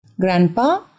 Grandpa